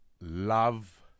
love